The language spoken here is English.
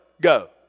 go